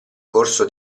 corso